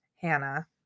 Hannah